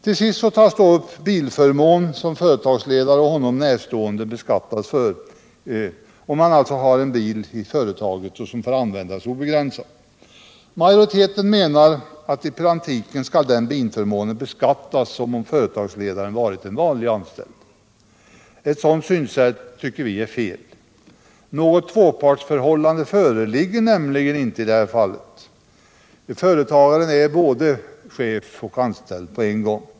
Till sist tas upp den bilförmån som företagsledare och honom närstående beskattas för, om företaget har en bil som får användas obegränsat. Majoriteten menar att den bilförmånen i praktiken skall beskattas som om företagsledaren varit en vanlig anställd. Eu sådant synsätt tycker vi är fel. Något tvåpartsförhåHlande föreligger nämligen inte i det här fallet. Företagaren är både chef och anställd på en gång.